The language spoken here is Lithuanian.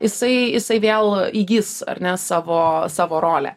jisai jisai vėl įgis ar ne savo savo rolę